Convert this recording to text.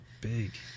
big